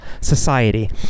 society